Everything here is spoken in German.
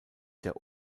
der